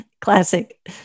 Classic